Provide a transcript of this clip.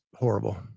horrible